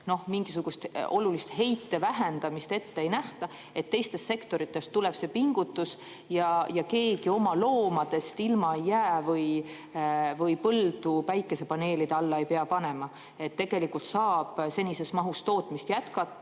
mingisugust olulist heite vähendamist ette ei nähta, et teistest sektoritest tuleb see pingutus, keegi oma loomadest ilma ei jää või põldu päikesepaneelide alla ei pea panema ja tegelikult saab senises mahus tootmist jätkata?